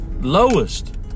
Lowest